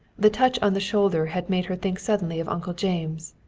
the touch on the shoulder had made her think suddenly of uncle james,